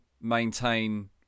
maintain